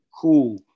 cool